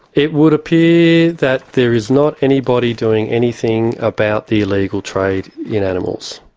it would appear that there is not anybody doing anything about the illegal trade in animals.